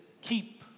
keep